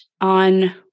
on